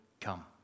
come